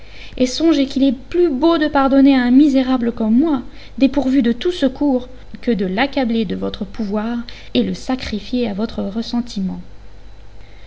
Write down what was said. et songez qu'il est plus beau de pardonner à un misérable comme moi dépourvu de tout secours que de l'accabler de votre pouvoir et le sacrifier à votre ressentiment